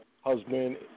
Husband